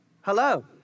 Hello